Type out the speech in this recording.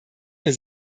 für